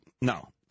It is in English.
no